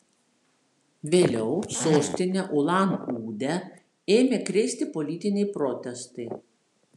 vėliau sostinę ulan udę ėmė krėsti politiniai protestai